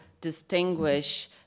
distinguish